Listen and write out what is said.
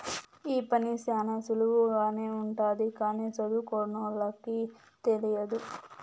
ఈ పని శ్యానా సులువుగానే ఉంటది కానీ సదువుకోనోళ్ళకి తెలియదు